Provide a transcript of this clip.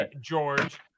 George